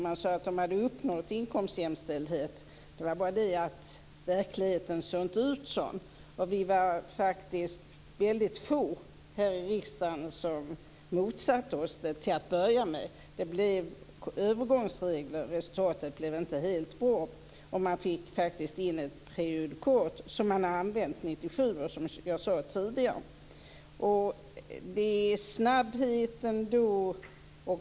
Man sade att man hade uppnått inkomstjämställdhet. Det var bara det att verkligheten inte såg sådan ut. Vi var faktiskt väldigt få här i riksdagen som motsatte oss detta till att börja med. Man skapade övergångsregler, men resultatet blev inte helt bra. Man fick faktiskt in ett prejudikat, som man har använt 1997, som jag sade tidigare. Det var snabbheten.